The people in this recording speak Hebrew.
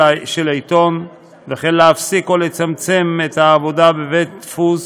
עיתון וכן להפסיק או לצמצם את העבודה בבית-דפוס